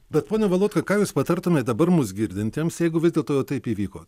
bet pone valotka ką jūs patartumėt dabar mūsų girdintiems jeigu vis dėlto jau taip įvyko